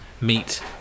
meet